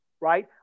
right